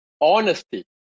honesty